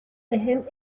بهم